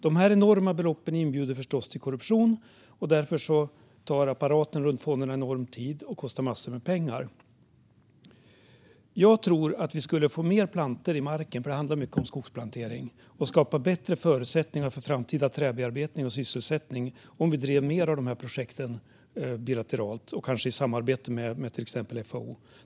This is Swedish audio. Dessa enorma belopp inbjuder förstås till korruption, och därför tar apparaten runt fonderna enormt mycket tid och kostar massor med pengar. Jag tror att vi skulle få fler plantor i marken - det handlar mycket om skogsplantering - och skapa bättre förutsättningar för framtida träbearbetning och sysselsättning om vi drev mer av de här projekten bilateralt och kanske i samarbete med till exempel FAO.